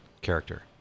character